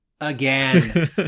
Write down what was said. again